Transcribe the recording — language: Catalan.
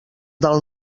del